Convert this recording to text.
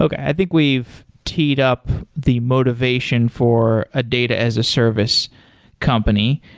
i think we've teed up the motivation for a data as a service company.